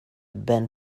band